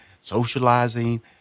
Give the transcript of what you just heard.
socializing